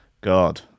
God